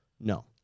No